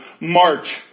march